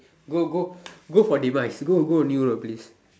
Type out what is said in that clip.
go go go for demise go go a new world please